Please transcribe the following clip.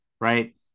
right